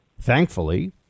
thankfully